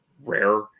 rare